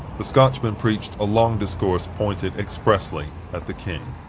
the scotchman preached a long discourse pointed expressly at the king.